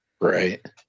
Right